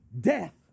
death